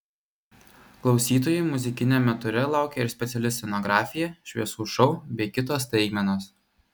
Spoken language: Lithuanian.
klausytojų muzikiniame ture laukia ir speciali scenografija šviesų šou bei kitos staigmenos